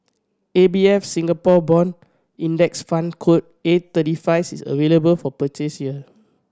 A B F Singapore Bond Index Fund code A thirty five is available for purchase here